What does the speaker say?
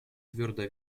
твердо